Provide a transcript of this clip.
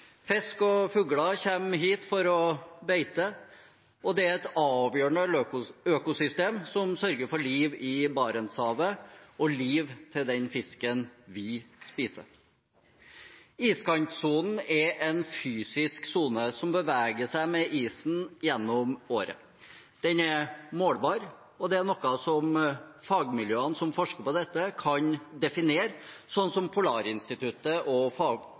Fisk og fugler kommer hit for å beite, og det er et avgjørende økosystem som sørger for liv i Barentshavet – og liv til den fisken vi spiser. Iskantsonen er en fysisk sone som beveger seg med isen gjennom året. Den er målbar, og den er noe fagmiljøene som forsker på dette, kan definere, som Polarinstituttet og